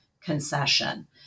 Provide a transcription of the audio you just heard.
concession